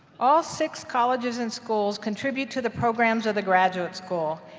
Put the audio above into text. all six colleges and schools contribute to the programs of the graduate school.